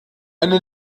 eine